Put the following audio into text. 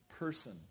person